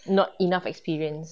not enough experience